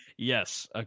Yes